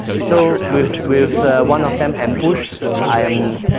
so with with one of them ambush i am